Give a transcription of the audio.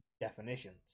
definitions